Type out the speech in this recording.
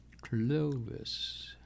Clovis